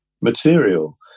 material